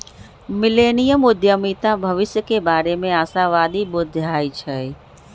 millennium उद्यमीता भविष्य के बारे में आशावादी बुझाई छै